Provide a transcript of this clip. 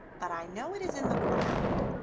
but i know it is in the ground.